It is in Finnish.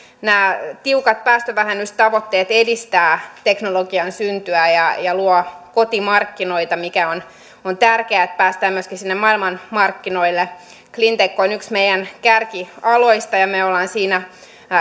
nämä tiukat päästövähennystavoitteet edistävät teknologian syntyä ja ja luovat kotimarkkinoita mikä on on tärkeää että päästään myöskin sinne maailmanmarkkinoille cleantech on yksi meidän kärkialoista ja me olemme siinä